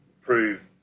prove